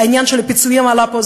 העניין של הפיצויים עלה פה,